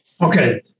okay